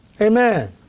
Amen